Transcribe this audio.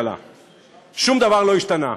שום דבר לא השתנה.